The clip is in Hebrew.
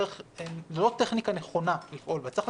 השתמש בטכניקה הזו והקורא הסביר שפותח את